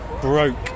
broke